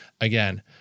Again